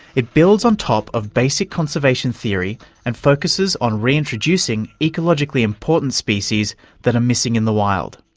it builds on top of basic conservation theory and focuses on reintroducing ecologically important species that are missing in the wild,